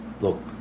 look